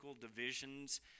divisions